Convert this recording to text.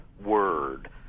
word